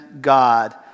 God